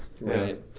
Right